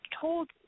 told